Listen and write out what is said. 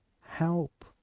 help